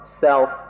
self